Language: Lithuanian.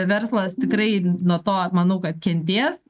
verslas tikrai nuo to manau kad kentės